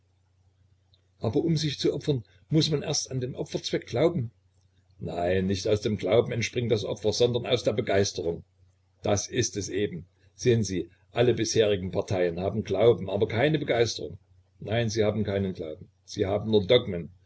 aber um sich zu opfern muß man erst an den opferzweck glauben nein nicht aus dem glauben entspringt das opfer sondern aus der begeisterung das ist es eben sehen sie alle bisherigen parteien haben glauben aber keine begeisterung nein sie haben keinen glauben sie haben nur dogmen